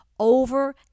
over